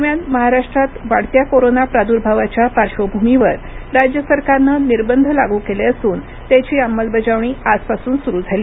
दरम्यान महाराष्ट्रात वाढत्या कोरोना प्रादुर्भावाच्या पार्श्वभूमीवर राज्य सरकारनं निर्बंध लागू केले असून त्यांची अंमलबजावणी आजपासून सुरू झाली